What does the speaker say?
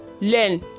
learn